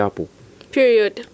Period